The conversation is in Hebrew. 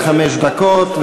עד חמש דקות,